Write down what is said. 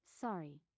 sorry